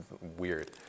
weird